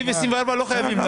את תקציב 24' לא חייבים להעביר.